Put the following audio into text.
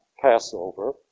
Passover